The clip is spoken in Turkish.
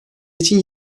için